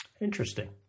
Interesting